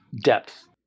depth